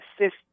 assist